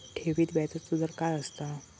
ठेवीत व्याजचो दर काय असता?